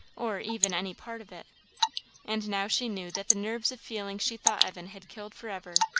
or even any part of it and now she knew that the nerves of feeling she thought evan had killed for ever,